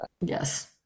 Yes